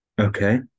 Okay